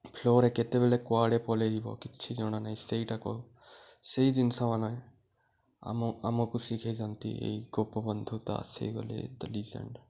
ଫ୍ଲୋଲରେ କେତେବେଲେ କୁଆଡ଼େ ପଳେଇଯିବ କିଛି ଜଣା ନାହିଁ ସେଇଟାକୁ ସେଇ ଜିନିଷ ମାନେ ଆମ ଆମକୁ ଶିଖାଇଥାନ୍ତି ଏଇ ଗୋପବନ୍ଧୁ ତ ଆସିଗଲେ ଦ ଲିଜେଣ୍ଡ